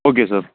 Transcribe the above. okay sir